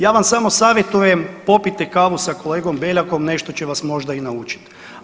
Ja vam samo savjetujem popijte kavu sa kolegom Beljakom nešto će vas možda i naučiti.